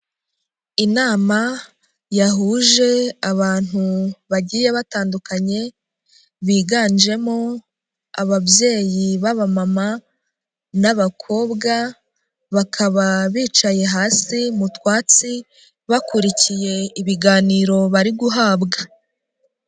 Inama yahuje abantu bagiye batandukanye, biganjemo ababyeyi b' abamama n'abakobwa, bakaba bicaye hasi mu twatsi, bakurikiye ibiganiro bari guhabwa.